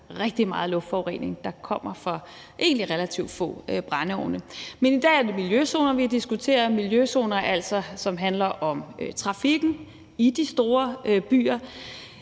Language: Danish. der er rigtig meget luftforurening, der kommer fra egentlig relativt få brændeovne. Men i dag er det miljøzoner, vi diskuterer, og det handler om trafikken i de store byer.